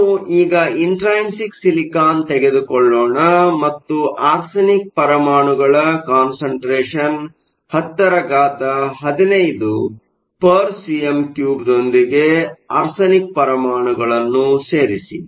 ನಾವು ಈಗ intrinsic silicon ತೆಗೆದುಕೊಳ್ಳೋಣ ಮತ್ತು ಆರ್ಸೆನಿಕ್ ಪರಮಾಣುಗಳ ಕಾನ್ಸಂಟ್ರೇಷನ್ 1015 cm 3ದೊಂದಿಗೆ ಆರ್ಸೆನಿಕ್ ಪರಮಾಣುಗಳನ್ನು ಸೇರಿಸಿ